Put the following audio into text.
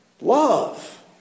love